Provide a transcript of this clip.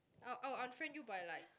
I'll I'll unfriend you by like